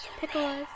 Pickles